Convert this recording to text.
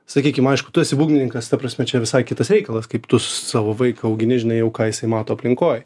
sakykim aišku tu esi būgnininkas ta prasme čia visai kitas reikalas kaip tu savo vaiką augini žinai jau ką jisai mato aplinkoj